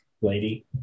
lady